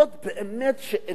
זאת באמת שאלה,